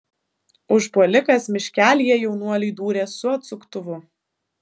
užpuolikas miškelyje jaunuoliui dūrė su atsuktuvu